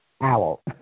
owl